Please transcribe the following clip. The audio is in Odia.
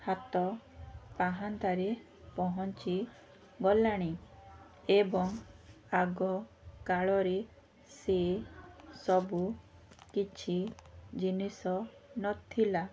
ହାତ ପାହାନ୍ତାରେ ପହଞ୍ଚିଗଲାଣି ଏବଂ ଆଗକାଳରେ ସେ ସବୁ କିଛି ଜିନିଷ ନଥିଲା